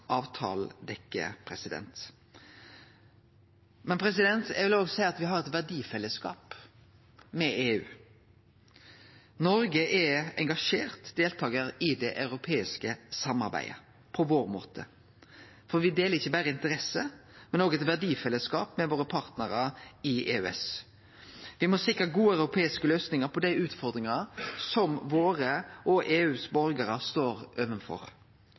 avtalen dekkjer. Men eg vil òg seie at me har eit verdifellesskap med EU. Noreg er engasjert deltakar i det europeiske samarbeidet – på vår måte – for ikkje berre deler me interesser, me har òg ein verdifellesskap med partnarane våre i EØS. Me må sikre gode europeiske løysingar på dei utfordringane som våre og EUs borgarar står